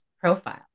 profile